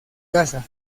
casa